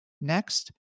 Next